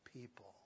people